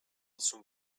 some